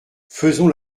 faisons